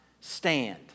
stand